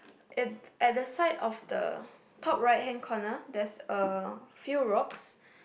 at at the side of the top right hand corner there's a few rocks